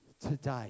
today